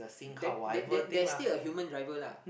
there there there's still a human driver lah